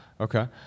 Okay